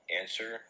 answer